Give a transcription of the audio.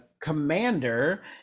Commander